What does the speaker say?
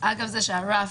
זה שהרף,